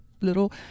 little